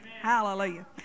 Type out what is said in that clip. Hallelujah